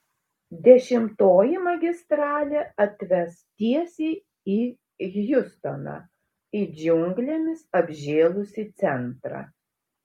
dešimtoji magistralė atves tiesiai į hjustoną į džiunglėmis apžėlusį centrą